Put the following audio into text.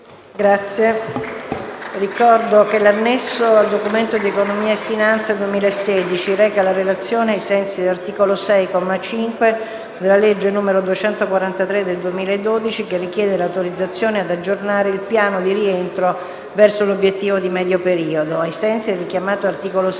Ricordo che l'Annesso al Documento di economia e finanza 2016 reca la Relazione ai sensi dell'articolo 6, comma 5, della legge n. 243 del 2012, che richiede l'autorizzazione ad aggiornare il piano di rientro verso l'Obiettivo di medio periodo. Ai sensi del richiamato articolo 6,